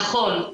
נכון,